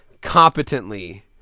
competently